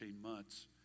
months